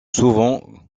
souvent